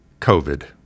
COVID